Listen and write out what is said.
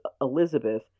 elizabeth